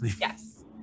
Yes